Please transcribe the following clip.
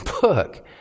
book